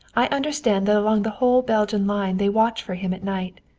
i understand that along the whole belgian line they watch for him at night.